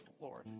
Lord